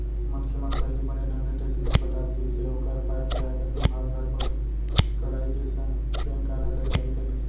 मनखे मन पहिली बने ढंग ले टेक्स नइ पटात रिहिस हे ओकर पाय के आयकर बिभाग हर बड़ कड़ाई के संग पेन कारड ल जारी करिस